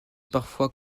parfois